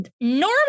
normal